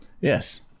Yes